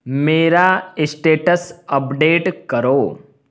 मेरा status update करो